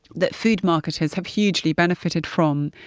that food marketers have hugely benefited from,